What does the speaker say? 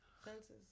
Fences